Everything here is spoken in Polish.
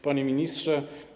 Panie Ministrze!